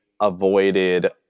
avoided